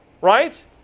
right